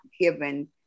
given